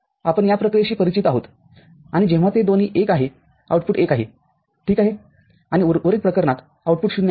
आपण या प्रक्रियेशी परिचित आहोत आणि जेव्हा ते दोन्ही १ आहे आउटपुट १ आहे ठीक आहे आणि उर्वरित प्रकरणात आउटपुट ० आहे